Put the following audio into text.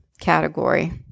category